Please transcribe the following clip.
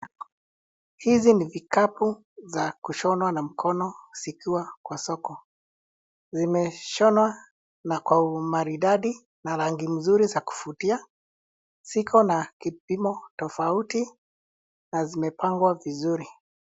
Hizi ni vikapu za kushonwa na mkono zikiwa kwa soko ,zimeshonwa na kwa umaridadi na rangi nzuri za kuvutia siko na kipimo tofauti na zimepangwa vizuri.